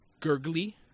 gurgly